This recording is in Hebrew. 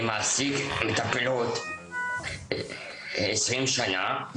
אני מעסיק מטפלות מזה כ-20 שנה.